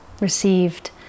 received